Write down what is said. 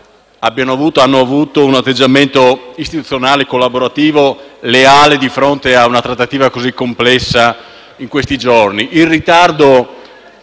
mio Gruppo - hanno avuto un atteggiamento istituzionale, collaborativo e leale di fronte alla trattativa così complessa di questi giorni.